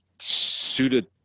suited